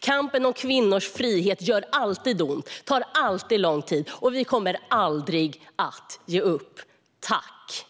Kampen om kvinnors frihet gör alltid ont och tar alltid lång tid. Vi kommer aldrig att ge upp. Tack!